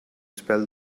spell